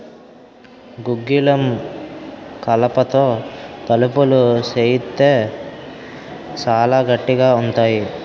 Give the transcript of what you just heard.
గుగ్గిలం కలపతో తలుపులు సేయిత్తే సాలా గట్టిగా ఉంతాయి